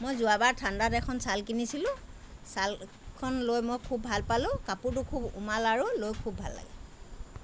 মই যোৱাবাৰ ঠাণ্ডাত এখন শ্ৱাল কিনিছিলোঁ শ্ৱালখন লৈ মই খুব ভাল পালোঁ কাপোৰটো খুব উমাল আৰু লৈ খুব ভাল লাগে